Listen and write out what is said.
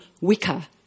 wicker